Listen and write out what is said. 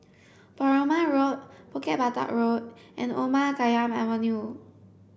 Perumal Road Bukit Batok Road and Omar Khayyam Avenue